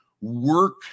work